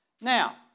Now